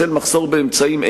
בשל מחסור באמצעים,